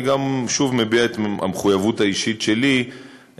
אני גם שוב מביע את המחויבות האישית שלי,